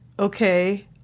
Okay